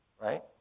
Right